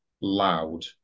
loud